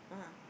(uh huh)